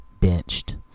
benched